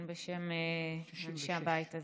גם בשם יושבי הבית הזה.